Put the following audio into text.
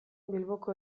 bilboko